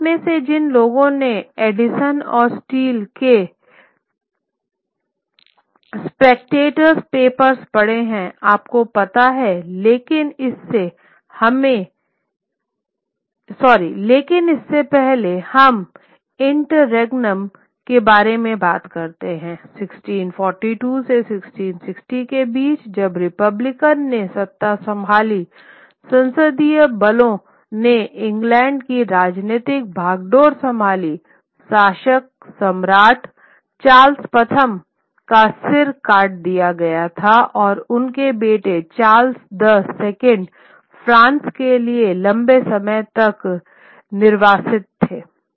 आप में से जिन लोगों ने एडिसन और स्टील के स्पेक्टेटर पेपर्स पढ़े हैं आप को पता है लेकिन इससे पहले हम इंटररेग्नम के बारे में बात करते हैं 1642 से 1660 के बीच जब रिपब्लिकन ने सत्ता संभाली संसदीय बलों ने इंग्लैंड की राजनीतिक बागडोर संभाली शासक सम्राट चार्ल्स प्रथम का सिर काट दिया गया था और उनके बेटे चार्ल्स द सेकंड फ्रांस के लिए लंबे समय तक निर्वासित थे